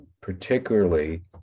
particularly